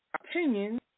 opinions